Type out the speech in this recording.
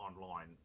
online